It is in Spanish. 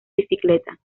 bicicleta